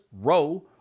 row